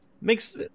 makes